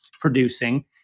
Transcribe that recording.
producing